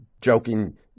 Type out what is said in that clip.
Joking